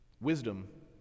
Wisdom